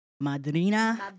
Madrina